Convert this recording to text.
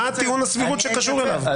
מה טיעון הסבירות שקשור אליו?